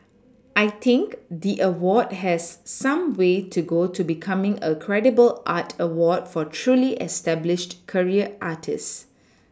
I think the award has some way to go to becoming a credible art award for truly established career artists